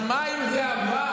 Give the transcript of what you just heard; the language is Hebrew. אז מה אם זה עבר?